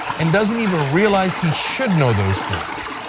and doesn't even realize he should know those things.